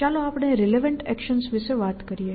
ચાલો આપણે relevant actions વિશે વાત કરીએ